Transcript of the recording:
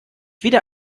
wieder